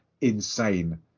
insane